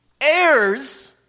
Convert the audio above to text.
heirs